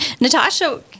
Natasha